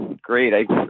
Great